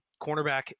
cornerback